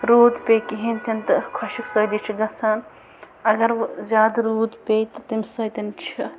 روٗد پیہِ کِہیٖنۍ تہِ نہٕ تہٕ خُۄشٕک سٲلی چھِ گَژھان اگر وۄنۍ زیادٕ روٗد پیہِ تہٕ تمہِ سۭتۍ چھُ